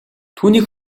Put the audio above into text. түүнийг